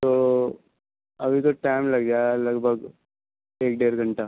تو ابھی تو ٹائم لگے گا لگ بھگ ایک ڈیڑھ گھنٹہ